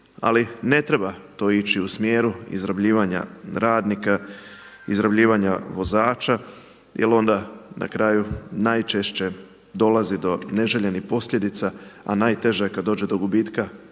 ali ne treba to ići u smjeru izrabljivanja radnika, izrabljivanja vozača jel onda na kraju najčešće dolazi do neželjenih posljedica, a najteže je kada dođe do gubitka